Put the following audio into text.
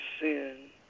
sin